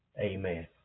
Amen